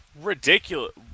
ridiculous